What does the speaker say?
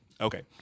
Okay